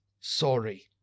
Sorry